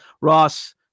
Ross